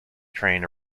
train